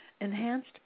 Enhanced